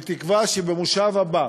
בתקווה שבמושב הבא